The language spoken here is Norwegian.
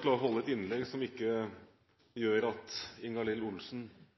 klarer å holde et innlegg som gjør at Ingalill